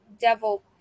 devil